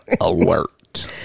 alert